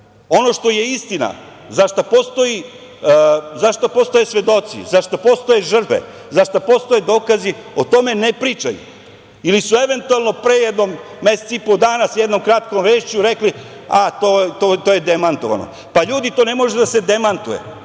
što je istina, za šta postoje svedoci, za šta postoje žrtve, za šta postoje dokazi, o tome ne pričaju ili su eventualno pre jedno mesec i po dana sa jednom kratkom vešću rekli – a, to je demantovano. Pa ljudi, to ne može da se demantuje.